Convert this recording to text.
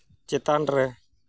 ᱪᱮᱛᱟᱱ ᱨᱮ